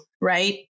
right